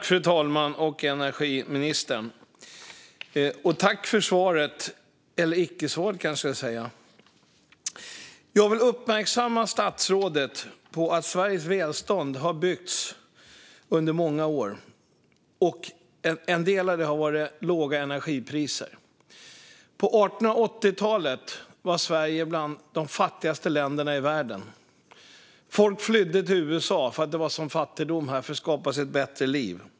Fru talman! Jag tackar energiministern för svaret, eller icke-svaret. Jag vill uppmärksamma statsrådet på att Sveriges välstånd har byggts under många år. En del i det har varit låga energipriser. På 1880-talet var Sverige bland de fattigaste länderna i världen. Folk flydde till USA för att skapa sig ett bättre liv för att det var så stor fattigdom här.